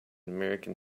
american